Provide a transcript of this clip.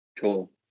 Cool